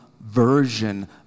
version